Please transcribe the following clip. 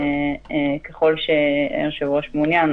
ככל שהיושב-ראש מעוניין,